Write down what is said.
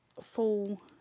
full